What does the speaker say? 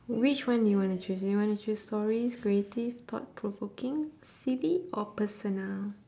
which one do you wanna choose do you wanna choose stories creative thought provoking silly or personal